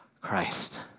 Christ